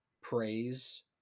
praise